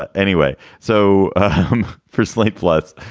ah anyway. so for slate plus,